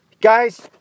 guys